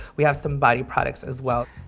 we have some body products as well.